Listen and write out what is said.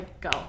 go